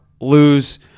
lose